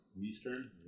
Eastern